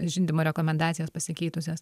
žindymo rekomendacijos pasikeitusios